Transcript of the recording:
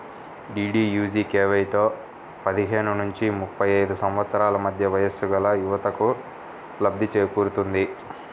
డీడీయూజీకేవైతో పదిహేను నుంచి ముప్పై ఐదు సంవత్సరాల మధ్య వయస్సుగల యువతకు లబ్ధి చేకూరుతుంది